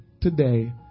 today